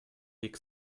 weg